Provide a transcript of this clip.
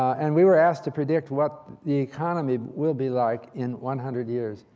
and we were asked to predict what the economy will be like in one hundred years.